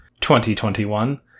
2021